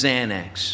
Xanax